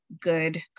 good